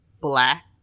black